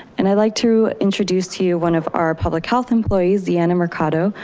and i'd like to introduce to you one of our public health employees, deana mercado,